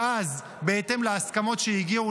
ואז בהתאם להסכמות שהגיעו,